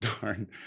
darn